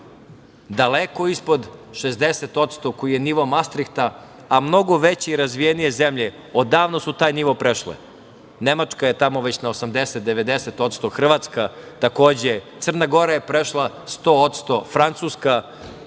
daleko ispod 60% koji je nivo mastrikta, a mnogo veće razvijenije zemlje odavno su taj nivo prešle. Nemačke je već na 80, 90%, Hrvatska takođe, Crna Gora je prešla 100%, Francuska,